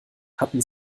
hatten